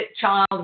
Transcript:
child